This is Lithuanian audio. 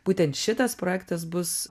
būtent šitas projektas bus